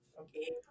Okay